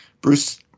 Bruce